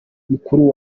mukuru